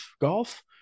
golf